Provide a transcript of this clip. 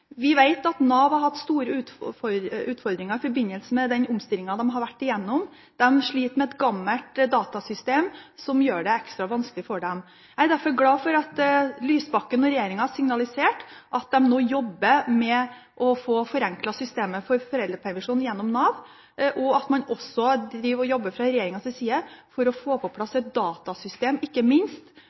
Vi vet at Nav har hatt store utfordringer i forbindelse med den omstillingen de har vært igjennom. De sliter med et gammelt datasystem som gjør det ekstra vanskelig for dem. Jeg er derfor glad for at Lysbakken og regjeringen har signalisert at de nå jobber med å få forenklet systemet for foreldrepermisjon gjennom Nav, og at man også fra regjeringas side jobber for å få på plass et datasystem for ikke minst